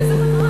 איזה פתרה.